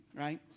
right